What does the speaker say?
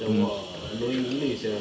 macam !wah! annoying gila sia